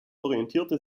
orientierte